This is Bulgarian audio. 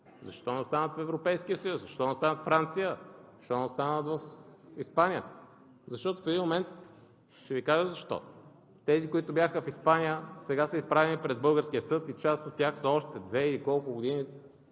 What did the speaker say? Защо не останат в Европейския съюз? Защо не останат във Франция, в Испания? Ще Ви кажа защо. Тези, които бяха в Испания, сега са изправени пред българския съд и част от тях са още две или колко години